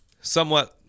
somewhat